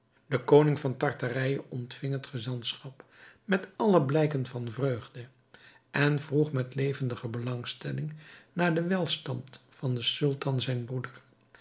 de koning van tartarije ontving het gezantschap met alle blijken van vreugde en vroeg met levendige belangstelling naar den welstand van den sultan zijn broeder